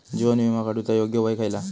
जीवन विमा काडूचा योग्य वय खयला?